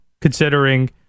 considering